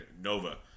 Nova